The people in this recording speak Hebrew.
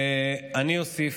ואני אוסיף,